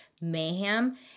mayhem